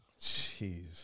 Jeez